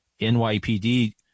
NYPD